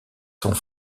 sont